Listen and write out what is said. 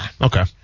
Okay